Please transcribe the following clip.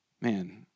man